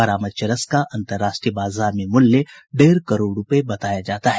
बरामद चरस का अंतराष्ट्रीय बाजार में मूल्य डेढ़ करोड़ रुपये बताया जाता है